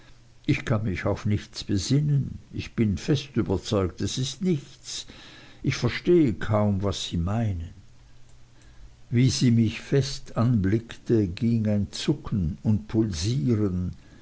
ich kann mich auf nichts besinnen ich bin fest überzeugt es ist nichts ich verstehe sogar kaum was sie meinen wie sie mich fest anblickte ging ein zucken und pulsieren